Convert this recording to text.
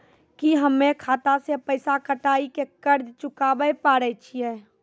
की हम्मय खाता से पैसा कटाई के कर्ज चुकाबै पारे छियै?